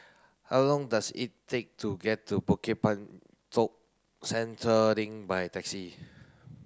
how long does it take to get to Bukit Batok Central Link by taxi